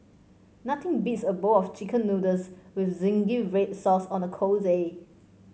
nothing beats a bowl of chicken noodles with zingy red sauce on a cold day